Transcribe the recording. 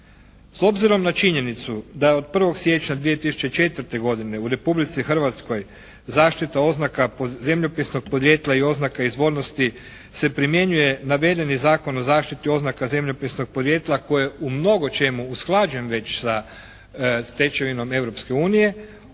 S obzirom na činjenicu da je od 1. siječnja 2004. godine u Republici Hrvatskoj zaštita oznaka zemljopisnog podrijetla i oznaka izvornosti se primjenjuje navedeni Zakon o zaštiti oznaka zemljopisnog podrijetla koje u mnogo čemu usklađen već sa stečevinom